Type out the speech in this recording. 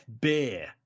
Beer